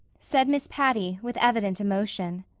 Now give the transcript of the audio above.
said miss patty, with evident emotion.